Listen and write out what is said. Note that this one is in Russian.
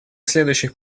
следующих